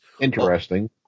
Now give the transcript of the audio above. interesting